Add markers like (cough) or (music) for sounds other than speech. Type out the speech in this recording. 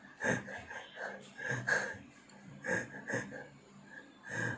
(laughs)